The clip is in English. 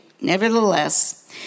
nevertheless